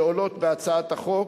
שעולות בהצעת החוק,